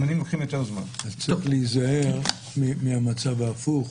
צריך להיזהר מהמצב ההפוך